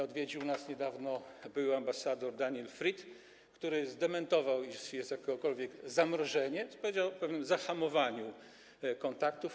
Odwiedził nas niedawno były ambasador Daniel Fried, który zdementował, iż jest jakiekolwiek zamrożenie, powiedział o pewnym zahamowaniu kontaktów.